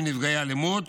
לתלמידים נפגעי אלימות